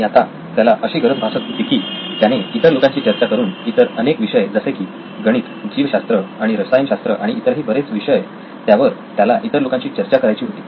आणि आता त्याला अशी गरज भासत होती की त्याने इतर लोकांशी चर्चा करून इतर अनेक विषय जसे की गणित जीवशास्त्र आणि रसायनशास्त्र आणि इतरही बरेच विषय त्यावर त्याला इतर लोकांशी चर्चा करायची होती